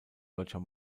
deutscher